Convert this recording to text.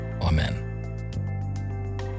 Amen